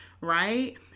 right